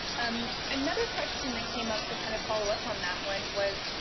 and another question that came up to kind of follow up on that one was,